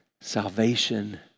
salvation